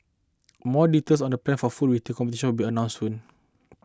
more details on the plans for full retail competition will be announced soon